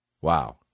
Wow